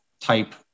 type